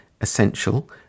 essential